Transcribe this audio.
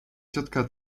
ciotka